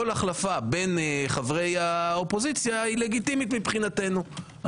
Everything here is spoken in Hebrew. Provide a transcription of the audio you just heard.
כל החלפה בין חברי האופוזיציה היא לגיטימית מבחינתנו,